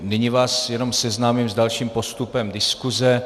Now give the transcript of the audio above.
Nyní vás jenom seznámím s dalším postupem diskuse.